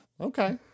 Okay